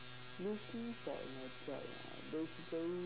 looking for in a job ah basically